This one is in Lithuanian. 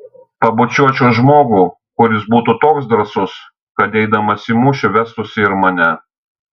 pabučiuočiau žmogų kuris būtų toks drąsus kad eidamas į mūšį vestųsi ir mane